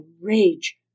rage